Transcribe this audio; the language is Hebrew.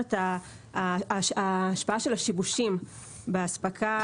שרשרת ההשפעה של השיבושים באספקה